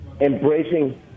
embracing